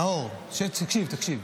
נאור, תקשיב,